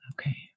Okay